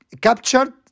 captured